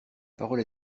parole